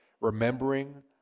remembering